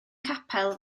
capel